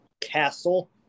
castle